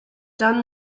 done